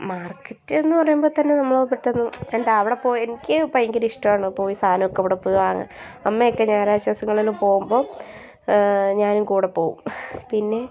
മാർക്കറ്റെന്ന് പറയുമ്പോൾ തന്നെ നമ്മൾ പെട്ടെന്ന് എന്താ അവിടെ പോയെനിക്ക് ഭയങ്കര ഇഷ്ടമാണ് പോയി സാധനമൊക്കെ അവിടെപ്പോയി വാങ്ങാൻ അമ്മയൊക്കെ ഞായറാഴ്ച ദിവസങ്ങളിലൊക്കെ പോകുമ്പോൾ ഞാനും കൂടി പോകും പിന്നെ